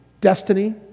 destiny